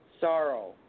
Sorrow